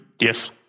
Yes